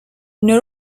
not